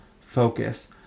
focus